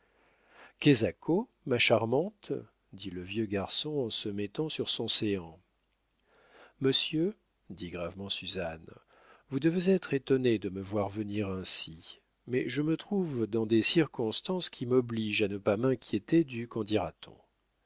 brusquerie despotique quesaco ma charmante dit le vieux garçon en se mettant sur son séant monsieur dit gravement suzanne vous devez être étonné de me voir venir ainsi mais je me trouve dans des circonstances qui m'obligent à ne pas m'inquiéter du qu'en dira-t-on